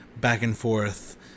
back-and-forth